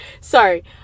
sorry